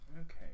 Okay